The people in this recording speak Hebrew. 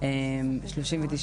זאת אומרת,